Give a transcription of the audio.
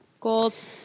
Goals